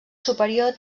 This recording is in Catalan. superior